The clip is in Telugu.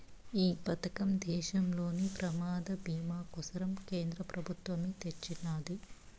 ఈ పదకం దేశంలోని ప్రమాద బీమా కోసరం కేంద్ర పెబుత్వమ్ తెచ్చిన్నాది